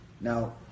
Now